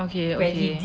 okay okay